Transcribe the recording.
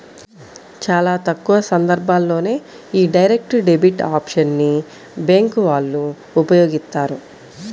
చాలా తక్కువ సందర్భాల్లోనే యీ డైరెక్ట్ డెబిట్ ఆప్షన్ ని బ్యేంకు వాళ్ళు ఉపయోగిత్తారు